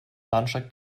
bahnsteig